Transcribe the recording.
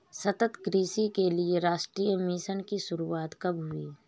सतत कृषि के लिए राष्ट्रीय मिशन की शुरुआत कब हुई?